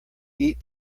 eat